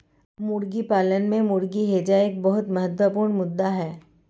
मुर्गी पालन में मुर्गी हैजा एक बहुत महत्वपूर्ण मुद्दा है